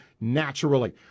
naturally